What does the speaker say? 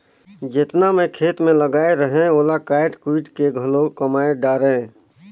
जेतना मैं खेत मे लगाए रहें ओला कायट कुइट के घलो कमाय डारें